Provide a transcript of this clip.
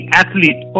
athlete